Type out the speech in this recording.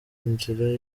inzira